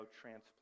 transplant